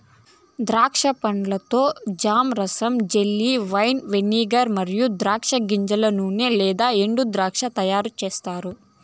ద్రాక్ష పండ్లతో జామ్, రసం, జెల్లీ, వైన్, వెనిగర్ మరియు ద్రాక్ష గింజల నూనె లేదా ఎండుద్రాక్ష తయారుచేస్తారు